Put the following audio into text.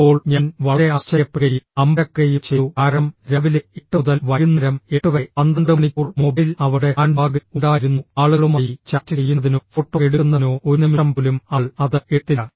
ഇപ്പോൾ ഞാൻ വളരെ ആശ്ചര്യപ്പെടുകയും അമ്പരക്കുകയും ചെയ്തു കാരണം രാവിലെ 8 മുതൽ വൈകുന്നേരം 8 വരെ 12 മണിക്കൂർ മൊബൈൽ അവളുടെ ഹാൻഡ്ബാഗിൽ ഉണ്ടായിരുന്നു ആളുകളുമായി ചാറ്റ് ചെയ്യുന്നതിനോ ഫോട്ടോ എടുക്കുന്നതിനോ ഒരു നിമിഷം പോലും അവൾ അത് എടുത്തില്ല